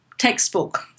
textbook